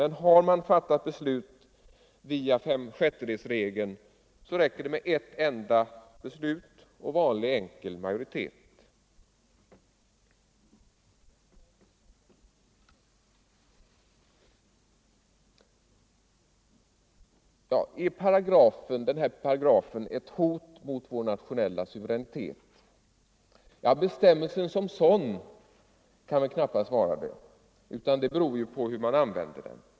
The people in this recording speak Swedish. Har däremot beslutet fattats enligt regeln om fem sjättedels majoritet, så räcker det med ett enda beslut och vanlig enkel majoritet för att upphäva beslutet. Är den aktuella paragrafen ett hot mot vår nationella suveränitet? Bestämmelsen som sådan kan knappast vara det, utan det beror på hur den används.